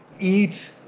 eat